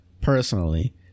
personally